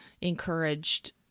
encouraged